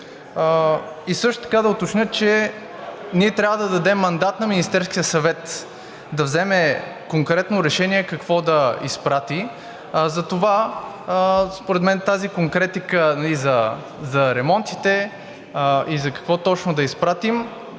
И също така да уточня, че ние трябва да дадем мандат на Министерския съвет да вземе конкретно решение какво да изпрати. Затова според мен тази конкретика за ремонтите и какво точно да изпратим